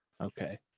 Okay